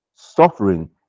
Suffering